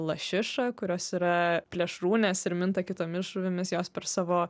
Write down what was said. lašiša kurios yra plėšrūnės ir minta kitomis žuvimis jos per savo